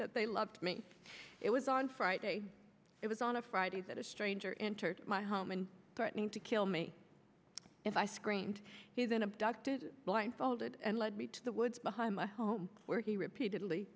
that they loved me it was on friday it was on a friday that a stranger interdict my home and threatening to kill me if i screamed he then abducted blindfolded and led me to the woods behind my home where he repeatedly